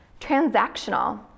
transactional